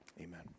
Amen